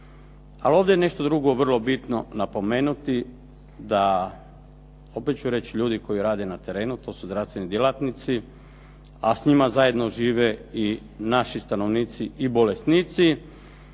Ali ovdje je nešto drugo vrlo bitno napomenuti da, opet ću reći, ljudi koji rade na terenu, to su zdravstveni djelatnici, a s njima zajedno žive i naši stanovnici i bolesnici,